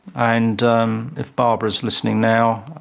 and um if barbara's listening now,